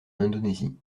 indonésie